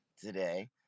today